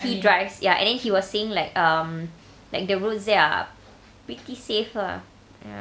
he drives ya and then he was saying like um like the roads there are pretty safe lah ya